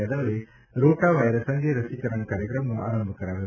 યાદવે rotavirus અંગે રસીકરણ કાર્યક્રમનો આરંભ કરાવ્યો